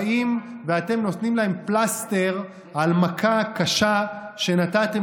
ואתם נותנים להם פלסטר על מכה קשה שנתתם